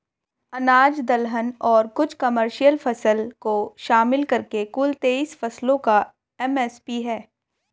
अनाज दलहन और कुछ कमर्शियल फसल को शामिल करके कुल तेईस फसलों का एम.एस.पी है